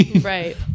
Right